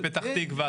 בפתח תקווה,